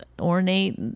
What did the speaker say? ornate